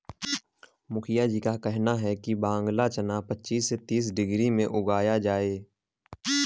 मुखिया जी का कहना है कि बांग्ला चना पच्चीस से तीस डिग्री में उगाया जाए